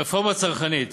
רפורמה צרכנית,